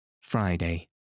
Friday